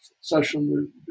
session